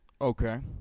Okay